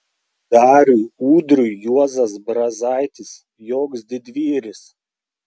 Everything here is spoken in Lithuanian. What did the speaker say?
dariui udriui juozas brazaitis joks didvyris